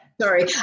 Sorry